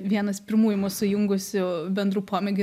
vienas pirmųjų mus sujungusių bendrų pomėgių